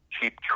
Cheap